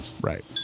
Right